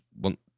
want